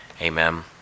Amen